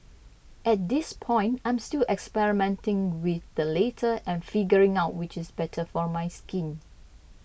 at this point I'm still experimenting with the later and figuring out which is better for my skin